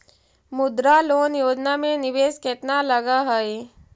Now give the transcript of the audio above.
मुद्रा लोन योजना में निवेश केतना लग हइ?